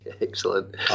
Excellent